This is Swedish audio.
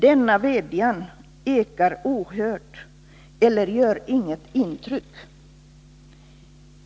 Denna vädjan ekar ohörd eller gör inget intryck.